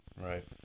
right